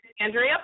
Andrea